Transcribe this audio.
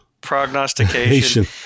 Prognostication